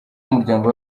umuryango